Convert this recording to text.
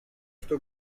что